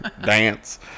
Dance